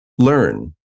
learn